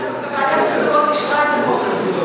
ועדת הסכמות אישרה את החוק הזה,